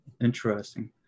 interesting